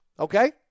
Okay